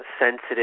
sensitive